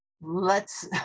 lets